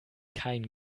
kein